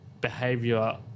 behavior